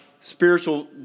spiritual